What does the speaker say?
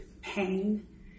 pain